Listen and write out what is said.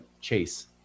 Chase